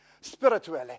spiritually